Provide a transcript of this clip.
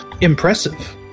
Impressive